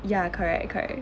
ya correct correct